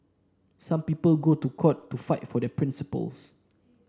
some people go to court to fight for their principles